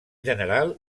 general